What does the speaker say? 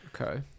Okay